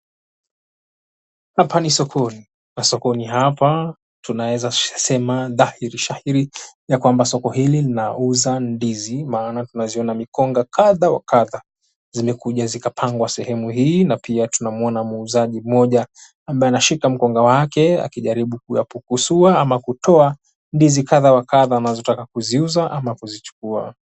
Hapa ni sokoni na sokoni hapa tunaeza sema dhahiri shahiri ya kwamba soko hili linauza ndizi maana tunaziona mikonga kadha wa kadha zimekuja zikapangwa sehemu hii na pia tunamuona muuzaji mmoja ambae anashika mkonga wake akijaribu kuyapukusua ama kutoa ndizi kadha wa kadha anazotaka kuziuza ama kuzichukua.